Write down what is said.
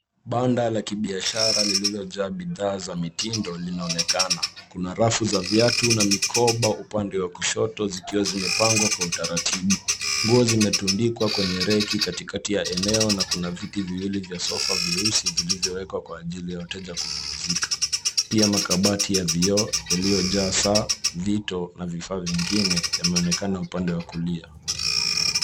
Banda la kibiashara lilochaa bidhaa za mitindo linaonekana. Kuna rafu za viatu na mikopa upande wa kushoto zikiwa zimepangwa Kwa utaratibu. Nguo simetundikwa kwenye reki katikati ya eneo na kuna viti viwili vya sofa vyeusi vilivyo wekwa kwa ajili ya wateja kupumzika pia makabati ya vioo iliyo jaa saa, vito na vivaa vingine yameonekana upande wa kulia.